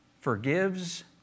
forgives